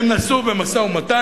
הם נשאו במשא-ומתן.